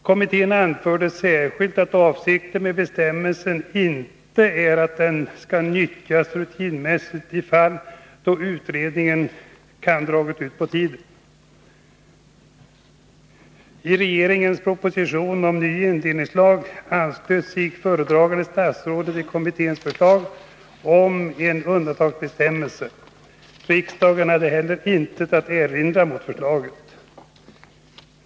Kommittén anförde särskilt att avsikten med bestämmelsen inte är att den skall utnyttjas rutinmässigt i fall då utredningen dragit ut på tiden. I regeringens proposition .